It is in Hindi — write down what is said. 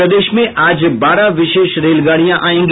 प्रदेश में आज बारह विशेष रेलगाड़ियां आयेंगी